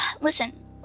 listen